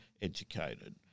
educated